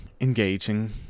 engaging